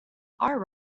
are